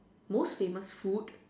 most famous food